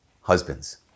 husbands